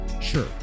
sure